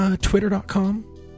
Twitter.com